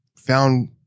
found